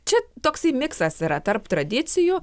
čia toksai miksas yra tarp tradicijų